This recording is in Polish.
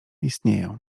istnieję